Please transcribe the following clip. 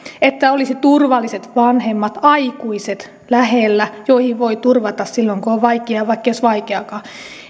että olisi turvalliset vanhemmat aikuiset lähellä joihin voi turvata silloin kun on vaikeaa ja vaikka ei olisi vaikeaakaan